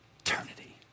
eternity